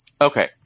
Okay